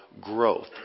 growth